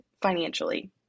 financially